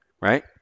right